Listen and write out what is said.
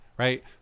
Right